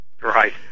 Right